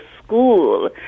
school